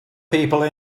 people